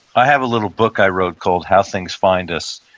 i have a little book i wrote called, how things find us,